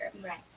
Right